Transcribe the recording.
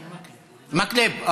מקלב.